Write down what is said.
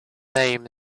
name